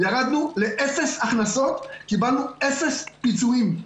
ירדנו לאפס הכנסות וקיבלנו אפס פיצויים.